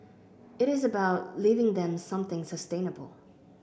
it is about leaving them something sustainable